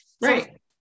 right